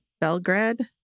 Belgrade